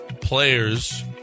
players